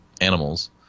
animals